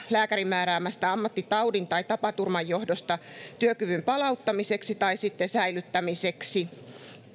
lääkärin määräyksestä ammattitaudin tai tapaturman johdosta työkyvyn palauttamiseksi tai sitten säilyttämiseksi